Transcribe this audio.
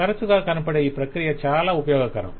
తరచుగా కనపడే ఈ ప్రక్రియ చాలా ఉపయోగకరం